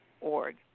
org